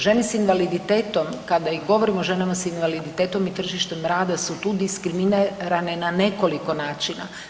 Žene s invaliditetom kada i govorimo o ženama s invaliditetom i tržištem rada su tu diskriminirane na nekoliko načina.